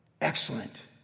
Excellent